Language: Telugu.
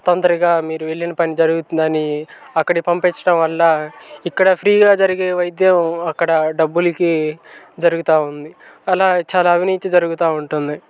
తొందరగా మీరు వెళ్ళిన పని జరుగుతుందని అక్కడి పంపించడం వల్ల ఇక్కడ ఫ్రీగా జరిగే వైద్యం అక్కడ డబ్బులకి జరుగుతు ఉంది అలా చాలా అవినీతి జరుగుతు ఉంటుంది